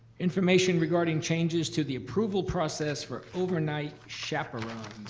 information regarding changes to the approval process for overnight chaperones.